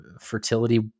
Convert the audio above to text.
fertility